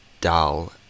dull